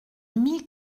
mille